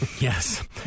Yes